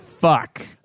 Fuck